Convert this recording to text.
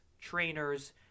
trainers